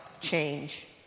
change